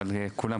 אבל כולנו